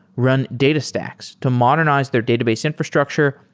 run datastax to modernize their database infrastructure,